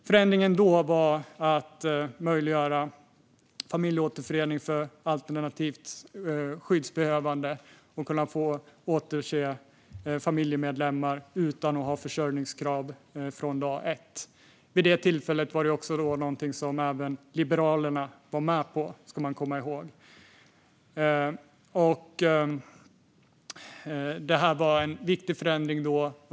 Förändringen då var att möjliggöra familjeåterförening för alternativt skyddsbehövande så att människor skulle kunna återse familjemedlemmar utan att ha försörjningskrav från dag ett. Vid det tillfället var det någonting som också Liberalerna var med på, ska man komma ihåg. Det var en viktig förändring.